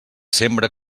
sembra